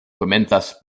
komencas